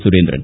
Surendran